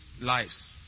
lives